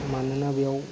मानोना बेयाव